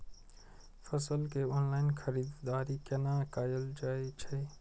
फसल के ऑनलाइन खरीददारी केना कायल जाय छै?